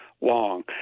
long